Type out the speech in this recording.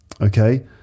Okay